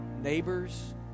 neighbors